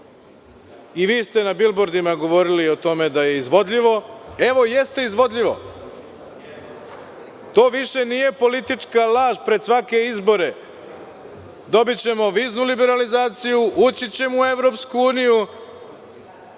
I vi ste na bilbordima govorili o tome da je izvodljivo. Evo, jeste izvodljivo. To više nije politička laž pred svake izbore. Dobićemo viznu liberalizaciju, ući ćemo u EU. Evropa i